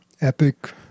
Epic